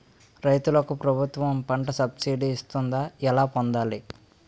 రైతులకు ప్రభుత్వం పంట సబ్సిడీ ఇస్తుందా? ఎలా పొందాలి?